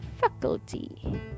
faculty